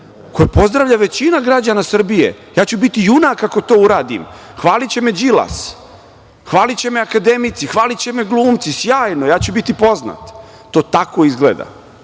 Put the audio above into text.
koje pozdravlja većina građana Srbije, ja ću biti junak ako to uradim, hvaliće me Đilas, hvaliće me akademici, hvaliće me glumci, sjajno, ja ću biti poznat. To tako izgleda.